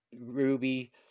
Ruby